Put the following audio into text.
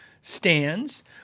stands